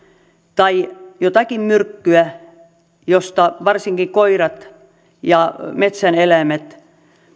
tai jotakin myrkkyä josta varsinkin koirat ja metsän eläimet